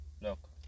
look